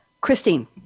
Christine